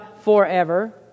forever